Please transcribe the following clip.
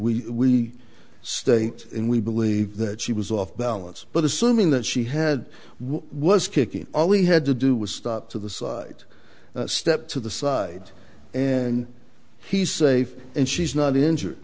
we state and we believe that she was off balance but assuming that she had was kicking all we had to do was stop to the side stepped to the side and he's safe and she's not injured